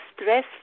stress